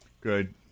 Good